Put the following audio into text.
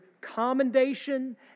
commendation